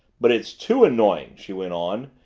but it's too annoying, she went on,